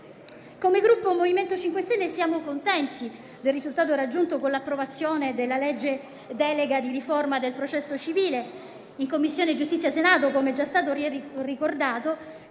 Come Gruppo MoVimento 5 Stelle siamo contenti del risultato raggiunto con l'approvazione della legge delega di riforma del processo civile. Nella Commissione giustizia del Senato - come è già stato ricordato